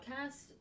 Podcast